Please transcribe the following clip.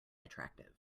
attractive